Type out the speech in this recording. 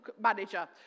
manager